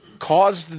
caused